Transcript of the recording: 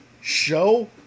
show